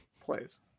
Plays